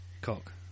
Cock